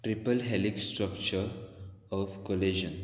triple helix structure of collision